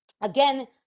again